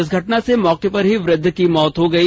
इस घटना में मौके पर ही वृद्ध की मौत हो गई